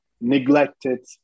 neglected